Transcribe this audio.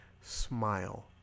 smile